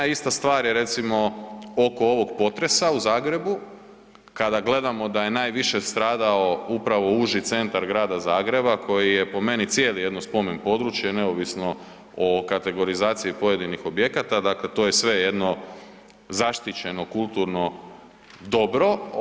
Ista stvar je recimo, oko ovog potresa u Zagrebu kada gledamo da je najviše stradao upravo uži centar grada Zagreba, koji je po meni cijeli jedno spomen područje, neovisno o kategorizaciji pojedinih objekata, dakle to je sve jedno zaštićeno kulturno dobro.